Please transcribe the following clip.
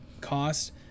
cost